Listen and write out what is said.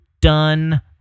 Done